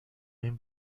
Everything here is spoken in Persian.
این